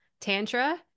tantra